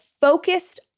focused